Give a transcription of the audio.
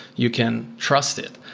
you can trust it.